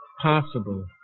possible